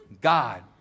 God